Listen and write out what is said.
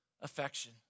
affection